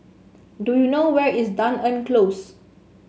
do you know where is Dunearn Close